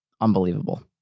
Unbelievable